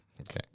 Okay